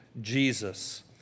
Jesus